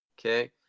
Okay